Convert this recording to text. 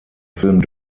film